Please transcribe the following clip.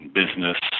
business